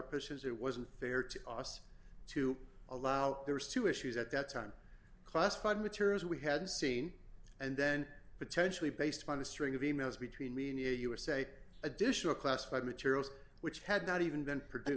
pushes it wasn't fair to oss to allow there is two issues at that time classified materials we had seen and then potentially based upon the string of e mails between me and you usa additional classified materials which had not even been produce